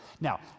Now